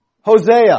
Hosea